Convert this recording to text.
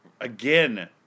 again